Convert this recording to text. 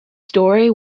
story